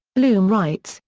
blum writes,